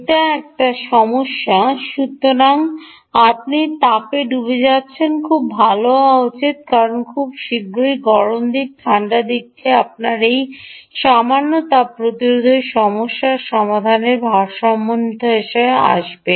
এটা একটা সমস্যা সুতরাং আপনি তাপ ডুবে যাচ্ছেন খুব ভাল হওয়া উচিত কারণ খুব শীঘ্রই গরম দিক এবং ঠান্ডা দিকটি আমরা এই সামান্য তাপ প্রতিরোধের সমস্যার কারণে ভারসাম্যহীনতায় আসব